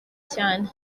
cyane